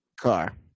car